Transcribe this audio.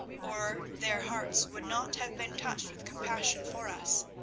or their hearts would not have been touched with compassion for us.